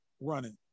running